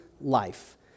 life